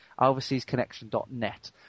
OverseasConnection.net